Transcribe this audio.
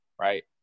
right